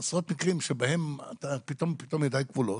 בעשרות מקרים שבהם ידיי כבולות,